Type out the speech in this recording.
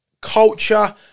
culture